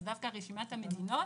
אז דווקא רשימת המדינות,